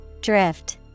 Drift